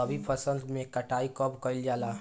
रबी फसल मे कटाई कब कइल जाला?